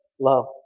love